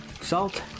salt